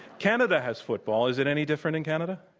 canada has football. is it any different in canada?